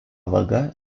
vaga